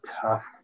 tough